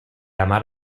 amar